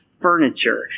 furniture